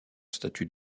statut